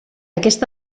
aquest